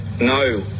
no